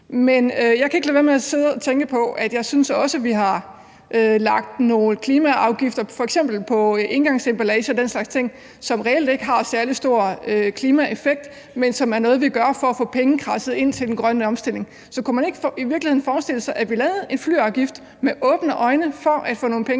Men jeg kan ikke lade være med at sidde og tænke på, at jeg også synes, vi har lagt nogle klimaafgifter, f.eks. på engangsemballage og den slags ting, som reelt ikke har særlig stor klimaeffekt, men som er noget, vi gør for at få penge kradset ind til den grønne omstilling. Så kunne man i virkeligheden ikke forestille sig, at vi lavede en flyafgift med åbne øjne for at få nogle penge